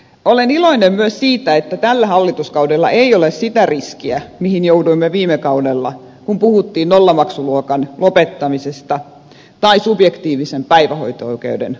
olen iloinen myös siitä että tällä hallituskaudella ei ole sitä riskiä mihin jouduimme viime kaudella kun puhuttiin nollamaksuluokan lopettamisesta tai subjektiivisen päivähoito oikeuden lopettamisesta